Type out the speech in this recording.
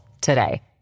today